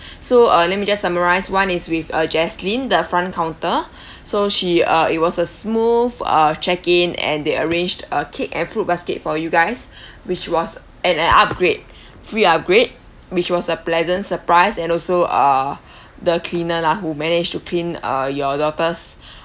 so uh let me just summarise one is with uh jaslyn the front counter so she uh it was a smooth uh check in and they arranged a cake and fruit basket for you guys which was and an upgrade free upgrade which was a pleasant surprise and also uh the cleaner lah who managed to clean uh your daughter's